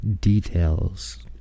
Details